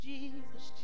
Jesus